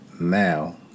now